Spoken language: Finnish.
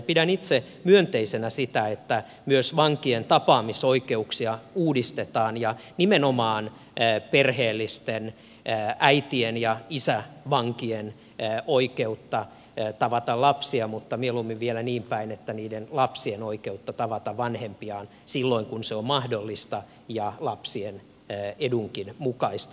pidän itse myönteisenä sitä että myös vankien tapaamisoikeuksia uudistetaan nimenomaan perheellisten äitien ja isävankien oikeutta tavata lapsia mutta mieluummin vielä niin päin että puhutaan niiden lapsien oikeudesta tavata vanhempiaan silloin kun se on mahdollista ja lapsien edunkin mukaista